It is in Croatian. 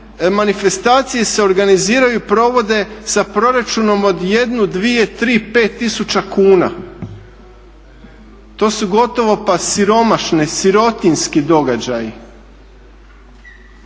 manifestacije se organiziraju i provode sa proračunom od jednu, dvije, tri, pet tisuća kuna. To su gotovo pa siromašne, sirotinjski događaji.